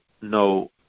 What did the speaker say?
no